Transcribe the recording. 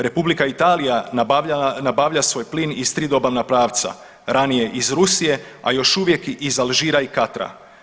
Republika Italija nabavlja svoj plin iz tri dobavna pravca, ranije iz Rusije a još uvijek iz Alžira i Katra.